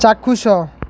ଚାକ୍ଷୁଷ